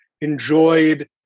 enjoyed